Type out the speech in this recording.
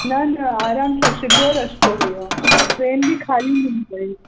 न न आरामु सां सिधो रस्तो हुयो ट्रेन बि ख़ाली मिली वेई